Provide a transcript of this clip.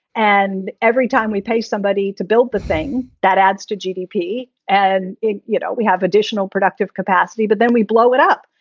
and every time we pay somebody to build the thing that adds to gdp and, you know, we have additional productive capacity, but then we blow it up.